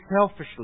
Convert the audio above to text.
selfishly